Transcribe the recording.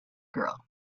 girl